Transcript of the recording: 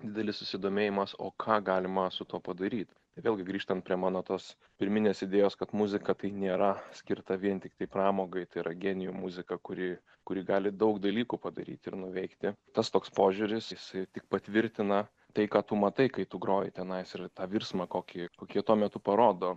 didelis susidomėjimas o ką galima su tuo padaryt vėlgi grįžtant prie mano tos pirminės idėjos kad muzika tai nėra skirta vien tiktai pramogai tai yra genijų muzika kuri kuri gali daug dalykų padaryti ir nuveikti tas toks požiūris jis tik patvirtina tai ką tu matai kai tu groji tenais ir tą virsmą kokį kokį tuo metu parodo